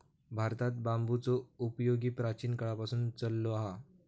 भारतात बांबूचो उपयोग प्राचीन काळापासून चाललो हा